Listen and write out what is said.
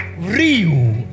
real